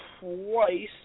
twice